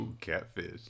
catfish